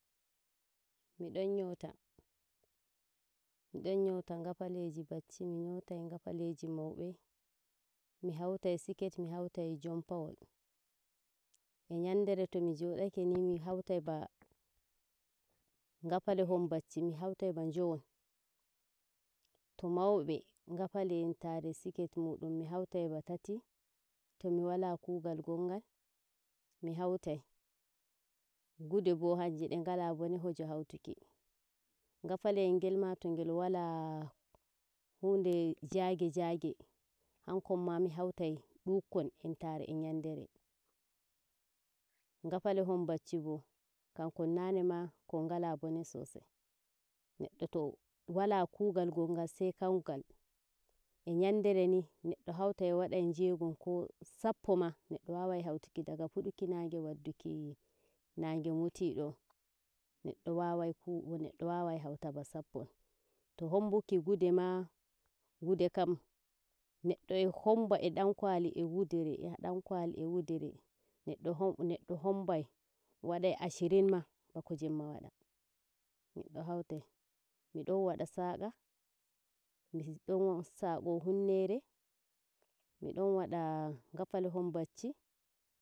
mi nyota, mi don nyota ngafaliji bacci mi nyotai ngafaliji mi hautai sket mi heutai jumpawol. E nyandere to mi jodakeni mi hautai ba- ngafalihon bacci mi hautai ba joyon. To mauɓe ngafali entare e sket mudum mi hautai ba tati tomi wala kugal ngongal mi hautai. Gude bo hanje de ngala bone heje hautuki. Ngafaliyel ngel ma to ngel wala hunde jaaage njage hankon ma mi hautai dukkon entare e nyandere. Ngafalihon ɓacci bo kankon nanema kon ngala bone sosai. Neɗɗo to wala kuugal gongal sai kongal e nyandere ni neɗɗo hautai wada je go'on ko sappo ma neddo wawai hautuki daga fudduki nagi warki nangi muti do. Neɗɗo wawai neɗɗo wawai hauta ba sappon to hambuki gude ma. Gude kam, neddo hombai e don kwali e wudere e dankwali e wudere neɗdo hombai wadai ashirin ma bako Jemma waɗa- neɗɗo hawtuki. Mi ɗon wada saaqa miɗon saqo humnere miɗon wada gafalihon bacci.